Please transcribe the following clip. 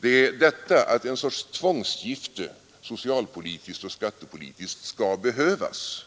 Det är detta, att en sorts tvångsgifte socialpolitiskt och skattepolitiskt skall behövas